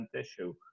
issue